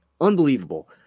Unbelievable